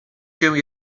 się